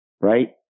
right